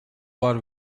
waar